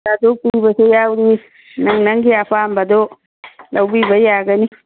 ꯆꯥꯇ꯭ꯔꯨꯛ ꯄꯤꯕꯁꯨ ꯌꯥꯎꯔꯤ ꯅꯪ ꯅꯪꯒꯤ ꯑꯄꯥꯝꯕꯗꯨ ꯂꯧꯕꯤꯕ ꯌꯥꯒꯅꯤ